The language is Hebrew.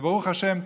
וברוך השם,